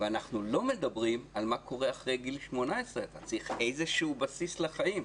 ואנחנו לא מדברים על מה קורה אחרי גיל 18. אתה צריך איזשהו בסיס לחיים.